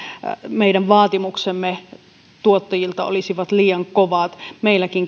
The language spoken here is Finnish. meidän vaatimuksemme tuottajille olisivat liian kovat meilläkin